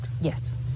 Yes